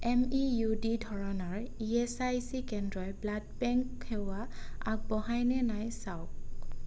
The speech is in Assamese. এম ই ইউ ডি ধৰণৰ ই এছ আই চি কেন্দ্ৰই ব্লাড বেংক সেৱা আগবঢ়ায় নে নাই চাওক